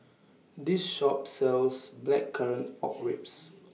This Shop sells Blackcurrant Pork Ribs